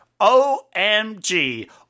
OMG